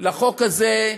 לחוק הזה,